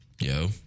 Yo